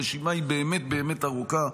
הרשימה היא באמת באמת ארוכה,